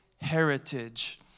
heritage